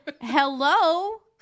hello